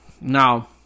Now